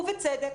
ובצדק.